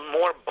more